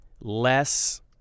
less